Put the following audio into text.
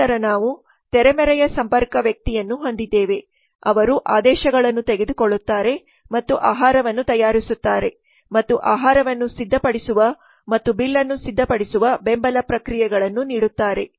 ನಂತರ ನಾವು ತೆರೆಮರೆಯ ಸಂಪರ್ಕ ವ್ಯಕ್ತಿಯನ್ನು ಹೊಂದಿದ್ದೇವೆ ಅವರು ಆದೇಶಗಳನ್ನು ತೆಗೆದುಕೊಳ್ಳುತ್ತಾರೆ ಮತ್ತು ಆಹಾರವನ್ನು ತಯಾರಿಸುತ್ತಾರೆ ಮತ್ತು ಆಹಾರವನ್ನು ಸಿದ್ಧಪಡಿಸುವ ಮತ್ತು ಬಿಲ್ ಅನ್ನು ಸಿದ್ಧಪಡಿಸುವ ಬೆಂಬಲ ಪ್ರಕ್ರಿಯೆಗಳನ್ನು ನೀಡುತ್ತಾರೆ